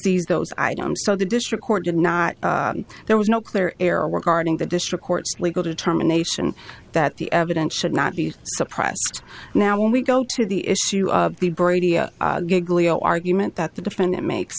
these those items so the district court did not there was no clear error were guarding the district court's legal determination that the evidence should not be surprised now when we go to the issue of the brady glia argument that the defendant makes